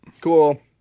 Cool